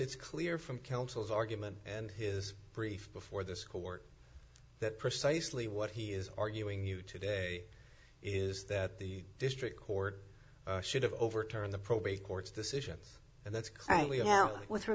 it's clear from counsel's argument and his brief before this court that precisely what he is arguing you today is that the district court should have overturned the probate court's decision and that's